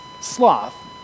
sloth